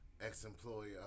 Ex-employee